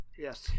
Yes